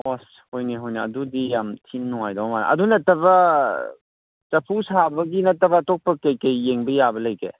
ꯑꯣ ꯍꯣꯏꯅꯦ ꯍꯣꯏꯅꯦ ꯑꯗꯨꯗꯤ ꯌꯥꯝ ꯊꯤꯅ ꯅꯨꯡꯉꯥꯏꯗꯧ ꯃꯥꯜꯂꯦ ꯑꯗꯨ ꯅꯠꯇꯕ ꯆꯐꯨ ꯁꯥꯕꯒꯤ ꯅꯠꯇꯕ ꯑꯇꯣꯄꯄ ꯀꯩ ꯀꯩ ꯌꯦꯡꯕ ꯌꯥꯕ ꯂꯩꯒꯦ